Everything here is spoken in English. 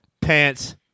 pants